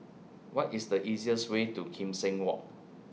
What IS The easiest Way to Kim Seng Walk